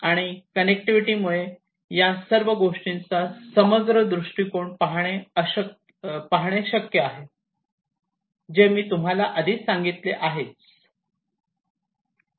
आणि मग कनेक्टिव्हिटी मुळे या सर्व गोष्टींचा समग्र दृष्टीकोन पाहणे शक्य आहेत जे मी तुम्हाला आधी सांगितले आहे